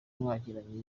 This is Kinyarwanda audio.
mwagiranye